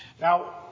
Now